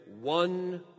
one